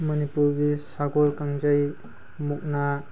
ꯃꯅꯤꯄꯨꯔꯒꯤ ꯁꯒꯣꯜ ꯀꯥꯡꯖꯩ ꯃꯨꯛꯅꯥ